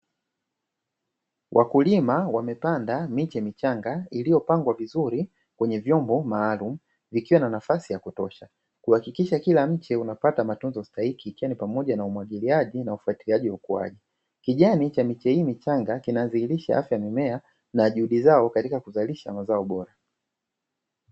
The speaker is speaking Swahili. Wakulima wamepanda miche michanga iliyopangwa vizuri kwenye vyombo maalumu ikiwa na nafasi ya kutosha, kuhakikisha kila mche unapata matunzo stahiki ikiwa ni pamoja na umwagiliaji na ufuatiliaji wa ukuaji, kijani cha miche hii michanga kinadhihirisha afya ya mimea na uzalishaji bora.